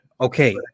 Okay